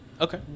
okay